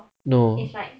no